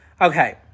Okay